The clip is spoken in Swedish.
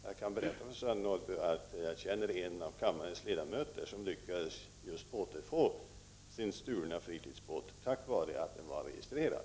Jag kan berätta för Sören Norrby att en av kammarens ledamöter som jag känner lyckades återfå sin stulna fritidsbåt tack vare att den var registrerad.